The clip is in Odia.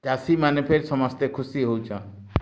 ଚାଷୀମାନେ ଫେର୍ ସମସ୍ତେ ଖୁସି ହେଉଛନ୍